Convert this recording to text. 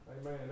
Amen